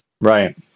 Right